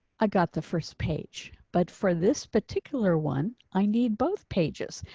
i got the first page. but for this particular one i need both pages.